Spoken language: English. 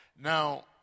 Now